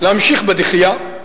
להמשיך בדחייה.